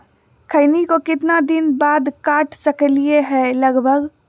खैनी को कितना दिन बाद काट सकलिये है लगभग?